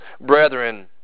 brethren